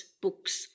books